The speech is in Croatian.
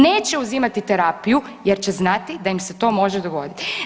Neće uzimati terapiju jer će znati da im se to može dogoditi.